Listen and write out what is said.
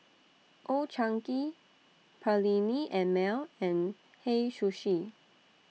Old Chang Kee Perllini and Mel and Hei Sushi